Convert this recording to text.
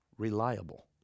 Reliable